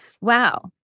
Wow